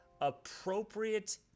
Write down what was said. appropriate